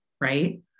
right